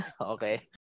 okay